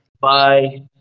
Bye